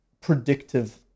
predictive